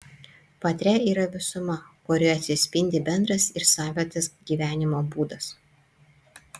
patria yra visuma kurioje atsispindi bendras ir savitas gyvenimo būdas